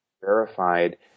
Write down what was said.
verified